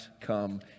come